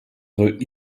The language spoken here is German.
soll